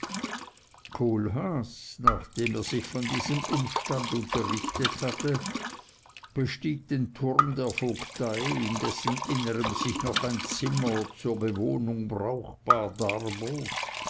nachdem er sich von diesem umstand unterrichtet hatte bestieg den turm der vogtei in dessen innerem sich noch ein zimmer zur bewohnung brauchbar darbot